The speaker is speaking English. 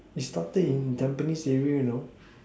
it started in Tampines area you know